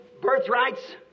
birthrights